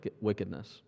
wickedness